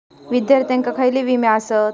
विद्यार्थ्यांका खयले विमे आसत?